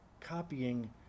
copying